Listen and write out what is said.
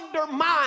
undermine